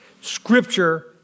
Scripture